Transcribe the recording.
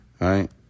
Right